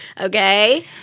okay